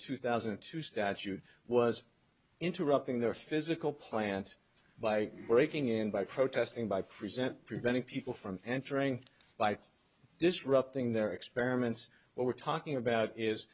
two thousand and two statute was interrupting their physical plant by breaking in by protesting by present preventing people from entering by disrupting their experiments what we're talking about is